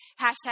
hashtag